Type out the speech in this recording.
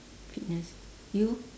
fitness you